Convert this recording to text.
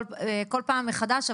כל פעם מחדש,